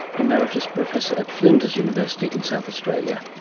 emeritus professor at flinders university in south australia.